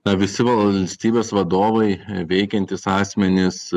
na visi valstybės vadovai e veikiantys asmenys